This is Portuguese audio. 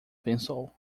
pensou